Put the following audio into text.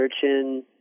searching